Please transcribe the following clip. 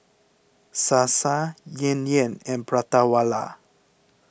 Sasa Yan Yan and Prata Wala